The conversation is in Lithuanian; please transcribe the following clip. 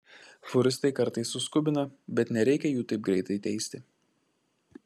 fūristai kartais suskubina bet nereikia jų taip greitai teisti